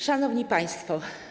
Szanowni Państwo!